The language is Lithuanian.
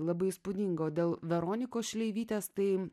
labai įspūdinga o dėl veronikos šleivytės tai